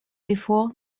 before